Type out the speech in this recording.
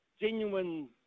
genuine